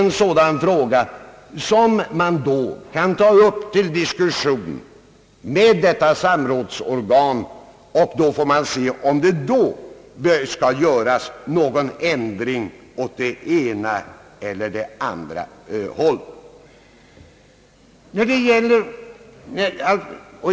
En sådan fråga kan då tas upp till diskussion med detta samrådsorgan, och då får vi se om det skall ske någon ändring beträffande antalet ställföreträdare.